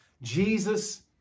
Jesus